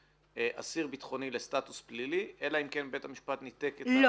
אסיר ביטחוני לסטאטוס פלילי אלא אם כן בית המשפט ניתק ---?